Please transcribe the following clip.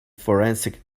forensic